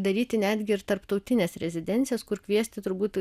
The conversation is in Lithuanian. daryti netgi ir tarptautines rezidencijas kur kviesti turbūt